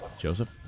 Joseph